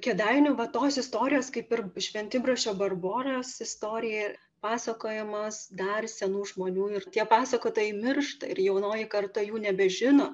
kėdainių va tos istorijos kaip ir šventibrasčio barboros istorija pasakojamas dar senų žmonių ir tie pasakotojai miršta ir jaunoji karta jų nebežino